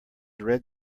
read